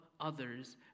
others